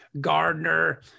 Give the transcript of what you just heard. gardner